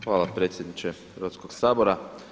Hvala predsjedniče Hrvatskog sabora.